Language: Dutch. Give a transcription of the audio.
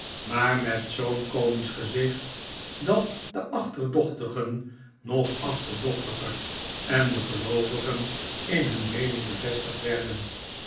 maar met zoo'n komisch gezicht dat de achterdochtigen nog achterdochtiger en de geloovigen in hun meening bevestigd werwen